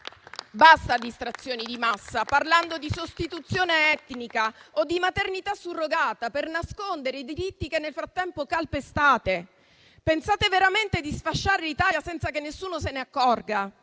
Basta distrazioni di massa, parlando di sostituzione etnica o di maternità surrogata per nascondere i diritti che nel frattempo calpestate. Pensate veramente di sfasciare l'Italia senza che nessuno se ne accorga?